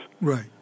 right